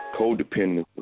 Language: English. codependent